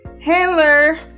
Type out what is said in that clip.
handler